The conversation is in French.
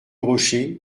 rocher